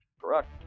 Correct